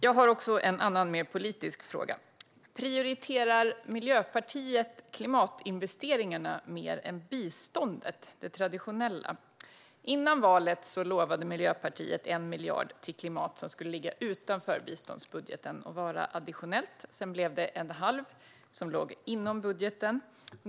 Jag har en annan, mer politisk fråga. Prioriterar Miljöpartiet klimatinvesteringarna mer än det traditionella biståndet? Före valet lovade Miljöpartiet 1 miljard till klimat som skulle ligga utanför biståndsbudgeten och vara additionellt. Sedan blev det en halv miljard som låg inom budgeten.